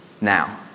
Now